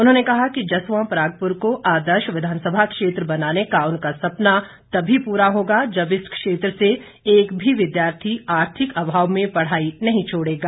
उन्होंने कहा कि जसवां परागपुर को आदर्श विधानसभा क्षेत्र बनाने का उनका सपना तभी पूरा होगा जब इस क्षेत्र से एक भी विद्यार्थी आर्थिक अभावों में पढ़ाई नहीं छोड़ेगा